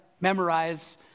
memorize